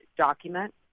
document